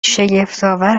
شگفتآور